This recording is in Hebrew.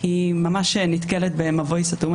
הנתונים האלה נמצאים בידינו,